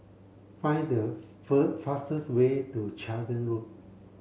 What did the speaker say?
find the fastest way to Charlton Road